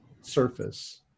surface